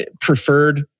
preferred